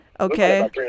okay